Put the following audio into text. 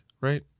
right